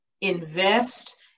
invest